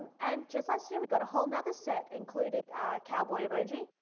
and just last year, we got a whole nother set, including cowboy emoji,